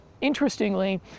interestingly